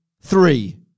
Three